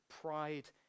pride